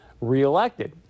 reelected